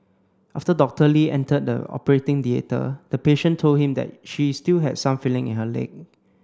after Doctor Lee entered the operating theatre the patient told him that she still had some feeling in her leg